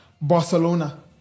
Barcelona